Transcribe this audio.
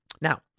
Now